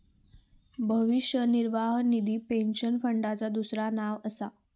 भविष्य निर्वाह निधी पेन्शन फंडाचा दुसरा नाव असा